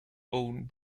owned